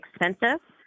expensive